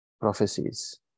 prophecies